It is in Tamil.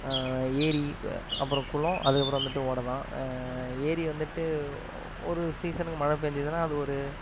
ஏரி அப்புறம் குளம் அதுக்கப்புறம் வந்துட்டு ஓடைதான் ஏரி வந்துட்டு ஒரு சீசனுக்கு மழை பெஞ்சிதுனா அது ஒரு